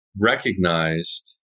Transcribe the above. recognized